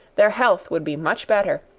their health would be much better,